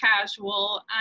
casual